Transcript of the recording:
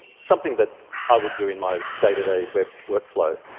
something that i would do in my day-to-day web workflow.